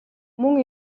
мөн